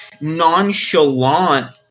nonchalant